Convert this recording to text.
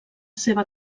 seva